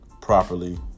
properly